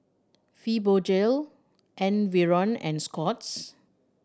Fibogel Enervon and Scott's